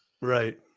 Right